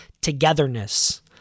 togetherness